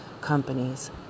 companies